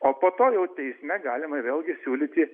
o po to jau teisme galima vėlgi siūlyti